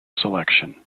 selection